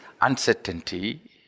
uncertainty